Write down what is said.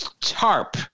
tarp